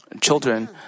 children